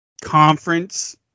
conference